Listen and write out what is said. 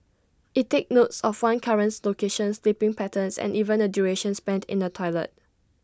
IT takes note of one's current location sleeping patterns and even the duration spent in the toilet